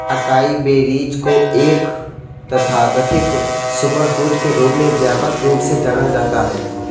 acai berries को एक तथाकथित सुपरफूड के रूप में व्यापक रूप से जाना जाता है